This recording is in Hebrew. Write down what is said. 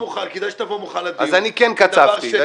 אתה לא מוכן.